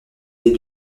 des